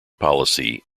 policy